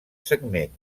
segment